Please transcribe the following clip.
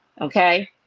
Okay